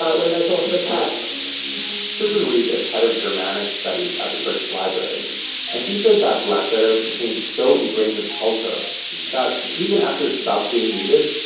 when they thought of text susan reed is head of germanic studies at the british library and she says that blackletter became so ingrained in the culture that even after it stopped being needed,